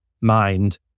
mind